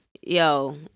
Yo